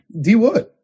D-Wood